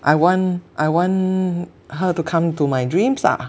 I want I want her to come to my dreams lah